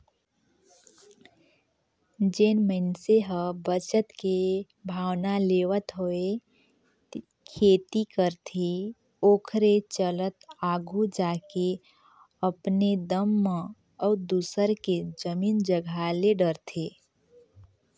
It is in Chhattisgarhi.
जेन मइनसे ह बचत के भावना लेवत होय खेती करथे ओखरे चलत आघु जाके अपने दम म अउ दूसर के जमीन जगहा ले डरथे